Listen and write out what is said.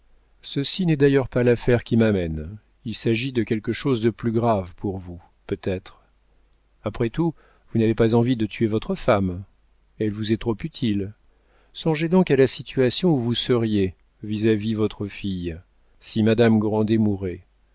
ceci n'est d'ailleurs pas l'affaire qui m'amène il s'agit de quelque chose de plus grave pour vous peut-être après tout vous n'avez pas envie de tuer votre femme elle vous est trop utile songez donc à la situation où vous seriez vis-à-vis votre fille si madame grandet mourait